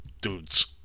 dudes